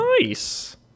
Nice